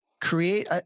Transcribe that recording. create